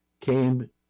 came